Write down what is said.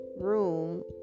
room